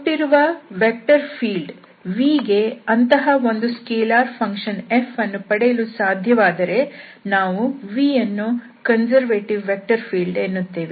ಕೊಟ್ಟಿರುವ vector field Vಗೆ ಅಂತಹ ಒಂದು ಸ್ಕೆಲಾರ್ ಫಂಕ್ಷನ್ f ಅನ್ನು ಪಡೆಯಲು ಸಾಧ್ಯವಾದರೆ ನಾವು Vಅನ್ನು ಕನ್ಸರ್ವೇಟಿವ್ ವೆಕ್ಟರ್ ಫೀಲ್ಡ್ ಎನ್ನುತ್ತೇವೆ